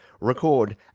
record